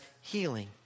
healing